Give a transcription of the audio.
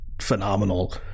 phenomenal